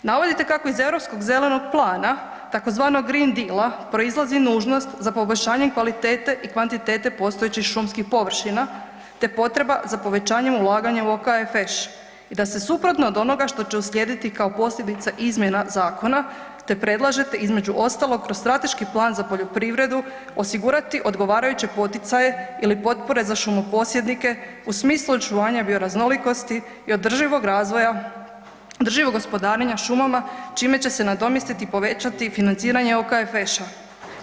Navodite kako iz Europskog zelenog plana tzv. Green Deala proizlazi nužnost za poboljšanjem kvalitete i kvantitete postojećih šumskih površina te potreba za povećanjem ulaganja u OKFŠ i da se suprotno od onoga što će uslijediti kao posljedica izmjena zakona te predlažete između ostalog kroz Strateški plan za poljoprivredu osigurati odgovarajuće poticaje ili potpore za šumoposjednike u smislu očuvanja bioraznolikosti i održivog gospodarenja šumama čime će se nadomjestiti i povećati financiranje OKFŠ-a.